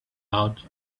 out